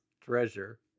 treasure